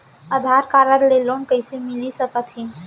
आधार card ले loan कइसे मिलिस सकत हे?